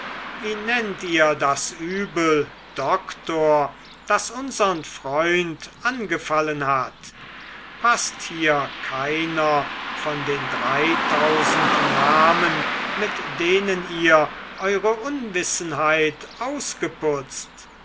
wie nennt ihr das übel doktor das unsern freund angefallen hat paßt hier keiner von den dreitausend namen mit denen ihr eure unwissenheit ausputzt